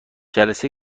جلسه